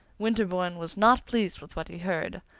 winterbourne was not pleased with what he heard,